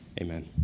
Amen